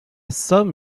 somme